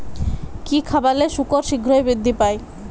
কি খাবালে শুকর শিঘ্রই বৃদ্ধি পায়?